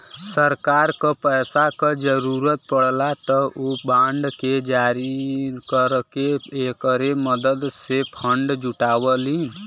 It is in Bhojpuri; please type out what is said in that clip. सरकार क पैसा क जरुरत पड़ला त उ बांड के जारी करके एकरे मदद से फण्ड जुटावलीन